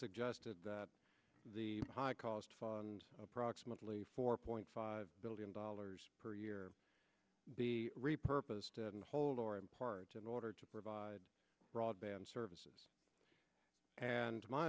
suggested that the high cost approximately four point five billion dollars per year be repurposed whole or in part in order to provide broadband services and my